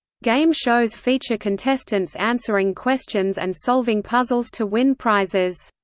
game shows feature contestants answering questions and solving puzzles to win prizes.